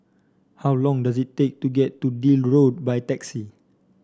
how long does it take to get to Deal Road by taxi